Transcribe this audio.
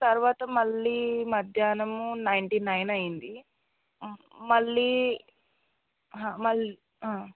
తరవాత మళ్ళీ మధ్యాహ్నం నైంటీ నైన్ అయ్యింది మళ్ళీ మళ్ళీ